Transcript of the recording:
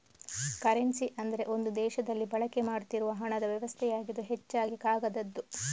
currency ಅಂದ್ರೆ ಒಂದು ದೇಶದಲ್ಲಿ ಬಳಕೆ ಮಾಡ್ತಿರುವ ಹಣದ ವ್ಯವಸ್ಥೆಯಾಗಿದ್ದು ಹೆಚ್ಚಾಗಿ ಕಾಗದದ್ದು